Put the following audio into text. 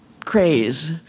craze